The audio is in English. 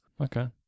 Okay